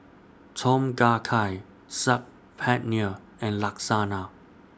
Tom Kha Gai Saag Paneer and Lasagna